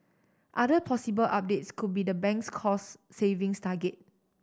other possible updates could be the bank's cost savings target